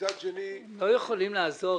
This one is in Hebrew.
ומצד שני --- הם לא יכולים לעזור,